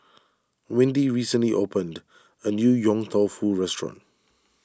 windy recently opened a new Yong Tau Foo restaurant